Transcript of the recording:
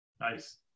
Nice